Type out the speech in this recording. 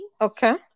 okay